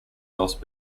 else